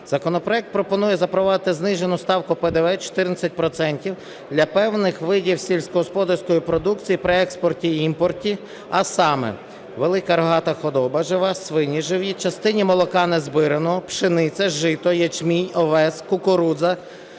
Законопроект пропонує запровадити знижену ставку ПДВ 14 відсотків для певних видів сільськогосподарської продукції при експорті та імпорті. А саме: велика рогата худоба жива, свині живі, частина молока незбираного, пшениця, жито, ячмінь, овес, кукурудза,